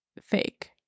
fake